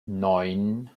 neun